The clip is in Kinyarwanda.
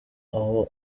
aho